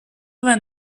vingt